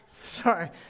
Sorry